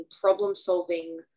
problem-solving